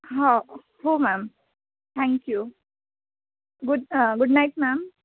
हो हो ma'am thank you good good night ma'am